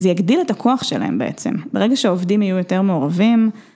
‫זה יגדיל את הכוח שלהם בעצם. ‫ברגע שהעובדים יהיו יותר מעורבים.